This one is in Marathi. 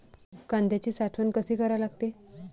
कांद्याची साठवन कसी करा लागते?